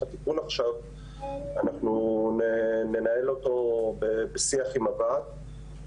התיקון עכשיו אנחנו ננהל בשיח עם הוועד.